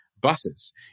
buses